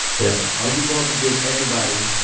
yeah are you going to give everybody